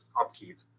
upkeep